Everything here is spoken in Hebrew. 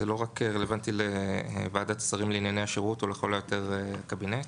זה לא רלוונטי רק לוועדת השרים לענייני השירות או לכל היותר הקבינט?